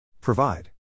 Provide